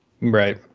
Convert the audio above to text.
Right